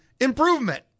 improvement